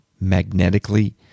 magnetically